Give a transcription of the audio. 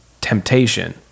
temptation